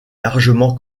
largement